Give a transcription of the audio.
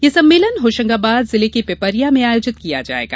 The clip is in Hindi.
यह सम्मेलन होशंगाबाद जिले के पिपरिया में आयोजित किया जायेगा